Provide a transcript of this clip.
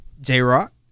j-rock